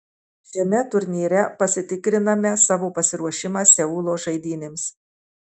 šiame turnyre pasitikriname savo pasiruošimą seulo žaidynėms